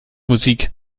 musik